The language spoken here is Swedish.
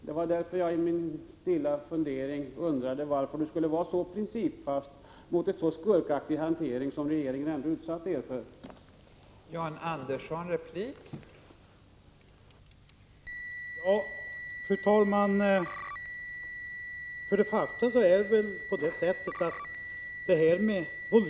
Det var därför jagstilla undrade varför John Andersson behövde vara så principfast mot en regering, som utsatt vpk för en sådan skurkaktig hantering.